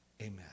Amen